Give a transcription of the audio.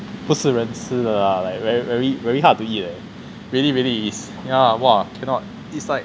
不是人吃的 lah like like very very hard to eat leh really really it's yeah really !wah! cannot it's like